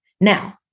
Now